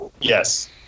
Yes